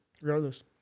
regardless